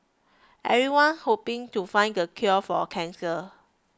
everyone hoping to find the cure for cancer